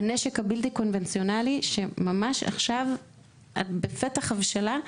בנשק הבלתי קונבנציונלי שממש עכשיו בפתח הבשלה.